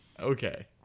Okay